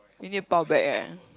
you need to 包 back eh